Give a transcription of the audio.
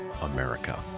America